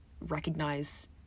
recognize